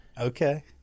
Okay